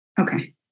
Okay